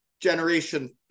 generation